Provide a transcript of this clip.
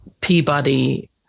Peabody